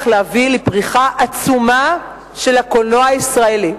להביא לפריחה עצומה של הקולנוע הישראלי.